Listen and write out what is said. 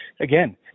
again